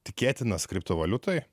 tikėtinas kriptovaliutai